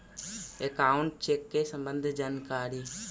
Account check के सम्बन्ध जानकारी?